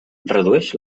redueix